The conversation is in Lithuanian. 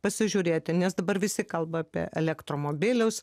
pasižiūrėti nes dabar visi kalba apie elektromobilius